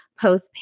post